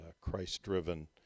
Christ-driven